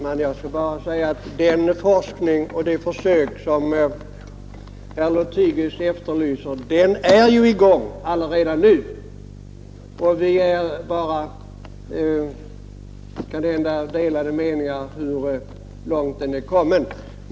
Ärade fru talman! Den forskning och de försök som herr Lothigius efterlyser pågår ju redan nu, även om vi kanske har delade meningar om hur långt man har kommit.